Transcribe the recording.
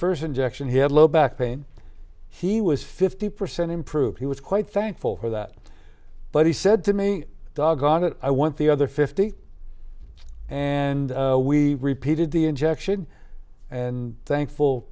first injection he had low back pain he was fifty percent improved he was quite thankful for that but he said to me doggone it i want the other fifty and we repeated the injection and thankful